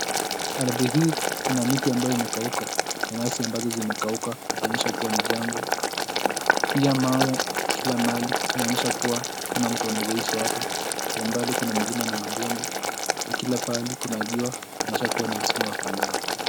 Ardhi hii ina miti ambayo imekauka na nyasi ambazo zimekauka kuonyesha kuwa ni jangwa. Pia mawe kila mahali inaonyesha kuwa hakuna mtu anaezaishi hapa. Kwa umbali kuna milima na mabonde na kila mahali kuna jua kuonyesha kuwa ni msimu wa kiangazi.